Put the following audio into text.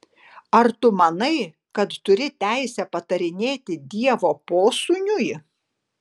ar tu manai kad turi teisę patarinėti dievo posūniui